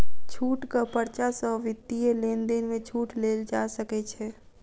छूटक पर्चा सॅ वित्तीय लेन देन में छूट लेल जा सकै छै